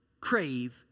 crave